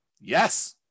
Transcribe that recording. Yes